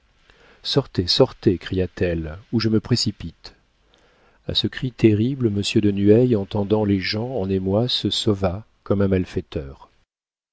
sortez sortez cria-t-elle ou je me précipite a ce cri terrible monsieur de nueil entendant les gens en émoi se sauva comme un malfaiteur